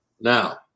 Now